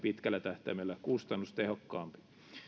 pitkällä tähtäimellä kustannustehokkaampi